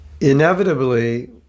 inevitably